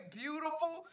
beautiful